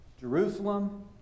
Jerusalem